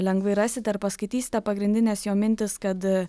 lengvai rasit ir paskaitysite pagrindines jo mintis kad